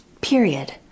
period